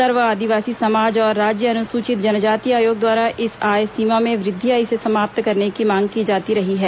सर्व आदिवासी समाज और राज्य अनुसूचित जनजाति आयोग द्वारा इस आय सीमा में सीमा वृद्वि या इसे समाप्त करने की मांग की जाती रही है